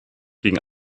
gegen